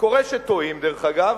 קורה שטועים, דרך אגב.